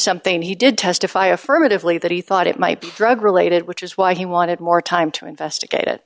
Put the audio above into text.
something he did testify affirmatively that he thought it might be drug related which is why he wanted more time to investigate it